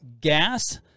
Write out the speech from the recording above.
gas